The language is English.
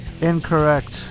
Incorrect